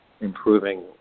improving